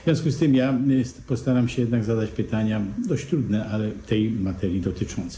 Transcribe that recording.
W związku z tym postaram się jednak zadać pytania dość trudne, ale tej materii dotyczące.